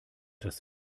das